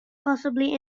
possibly